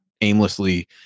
aimlessly